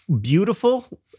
beautiful